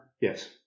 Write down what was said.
Yes